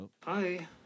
Hi